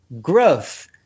growth